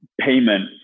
payment